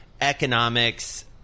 economics